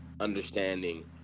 understanding